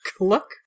look